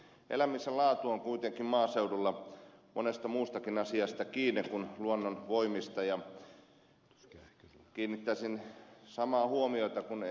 elämisen laatu on kuitenkin maaseudulla monesta muustakin asiasta kiinni kuin luonnonvoimista ja kiinnittäisin samaan huomiota kuin ed